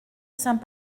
saint